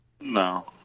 No